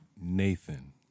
Nathan